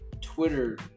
Twitter